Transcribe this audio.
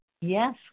Yes